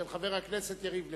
של חבר הכנסת יריב לוין.